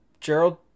Gerald